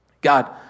God